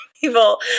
people